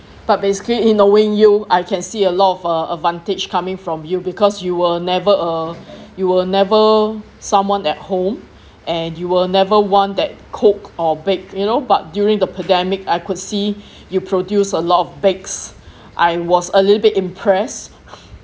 but basically in knowing you I can see a lot of uh advantage coming from you because you were never uh you were never someone at home and you were never one that cook or bake you know but during the pandemic I could see you produce a lot of bakes I was a little bit impressed